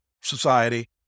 society